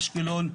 דרך נמל אשקלון,